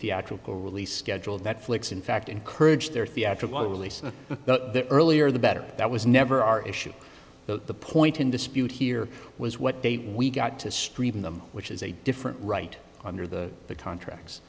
theatrical release schedule that flicks in fact encourage their theatrical release and the earlier the better that was never our issue but the point in dispute here was what day we got to stream them which is a different right under the the contracts